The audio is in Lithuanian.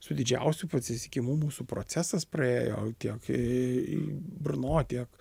su didžiausiu pasisekimu mūsų procesas praėjo tiek į brno tiek